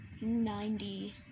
ninety